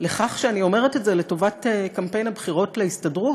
לכך שאני אומרת את זה לטובת קמפיין הבחירות להסתדרות.